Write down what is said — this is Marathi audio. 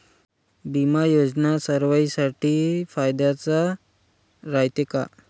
बिमा योजना सर्वाईसाठी फायद्याचं रायते का?